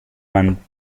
man